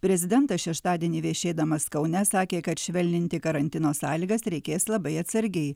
prezidentas šeštadienį viešėdamas kaune sakė kad švelninti karantino sąlygas reikės labai atsargiai